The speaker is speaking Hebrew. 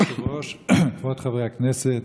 כבוד היושב-ראש, כבוד חברי הכנסת,